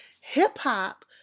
Hip-hop